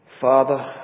Father